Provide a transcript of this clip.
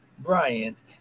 Bryant